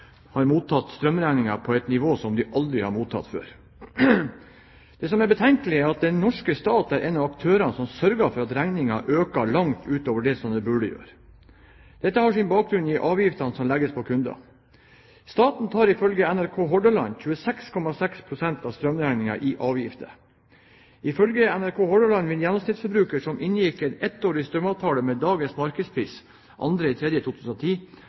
har mottatt strømregninger på et nivå som de aldri har opplevd før. Det som er betenkelig, er at den norske stat er en av aktørene som sørger for at regningen øker langt mer enn det den burde gjøre. Dette har sin bakgrunn i avgiftene som legges på kundene. Staten tar 26,6 pst. av strømregningen i avgifter, og gjennomsnittsforbrukere som inngikk en ettårig strømavtale med dagens markedspris 2. mars 2010,